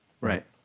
Right